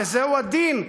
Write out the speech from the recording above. וזה הדין,